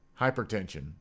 hypertension